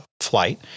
flight